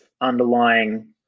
underlying